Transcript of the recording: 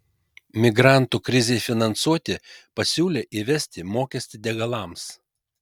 migrantų krizei finansuoti pasiūlė įvesti mokestį degalams